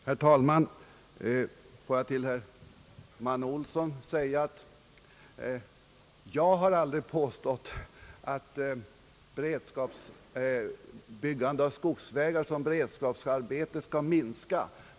Herr talman! Låt mig till herr Manne Olsson säga att jag aldrig har påstått att byggande av skogsvägar som beredskapsarbete skall minska.